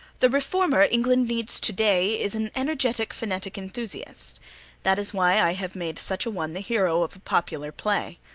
the reformer england needs today is an energetic phonetic enthusiast that is why i have made such a one the hero of a popular play.